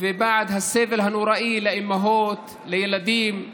ובעד הסבל הנוראי לאימהות, לילדים,